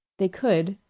they could,